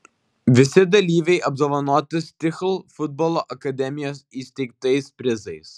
visi dalyviai apdovanoti stihl futbolo akademijos įsteigtais prizais